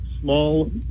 small